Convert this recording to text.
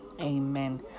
amen